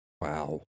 Wow